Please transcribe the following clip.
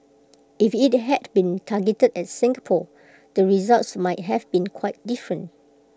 if IT had been targeted at Singapore the results might have been quite different